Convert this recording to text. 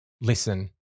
listen